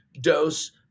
dose